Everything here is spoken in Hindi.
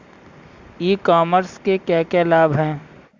ई कॉमर्स के क्या क्या लाभ हैं?